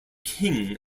king